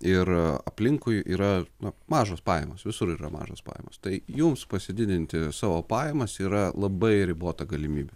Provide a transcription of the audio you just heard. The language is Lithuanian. ir aplinkui yra na mažos pajamos visur yra mažos pajamos tai jums pasididinti savo pajamas yra labai ribota galimybė